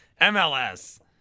MLS